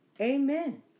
Amen